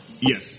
yes